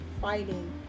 fighting